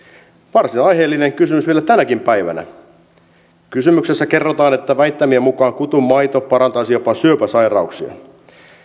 varsin aiheellinen kysymys vielä tänäkin päivänä kysymyksessä kerrotaan että väittämien mukaan kutun maito parantaisi jopa syöpäsairauksia